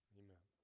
amen